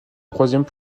troisièmes